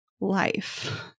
life